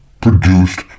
produced